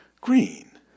green